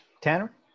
Tanner